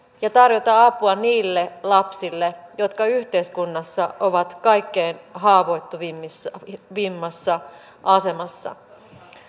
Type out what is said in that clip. ja tarjota apua niille lapsille jotka yhteiskunnassa ovat kaikkein haavoittuvimmassa asemassa